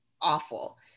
awful